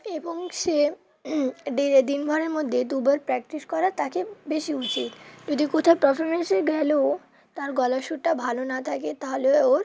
এবং সে দিনভরের মধ্যে দুবার প্র্যাকটিস করা তাকে বেশি উচিত যদি কোথায়ও পারফরমেন্সে গেলেও তার গলা সুটা ভালো না থাকে তাহলে ওর